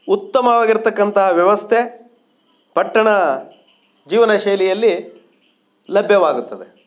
ಉತ್ತಮವಾಗಿರತಕ್ಕಂಥ ವ್ಯವಸ್ಥೆ ಪಟ್ಟಣ ಜೀವನ ಶೈಲಿಯಲ್ಲಿ ಲಭ್ಯವಾಗುತ್ತದೆ